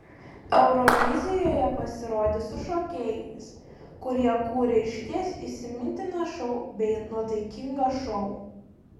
eurovizijoje pasirodė su šokėjais kurie kūrė išties įsimintiną šou bei nuotaikingą šou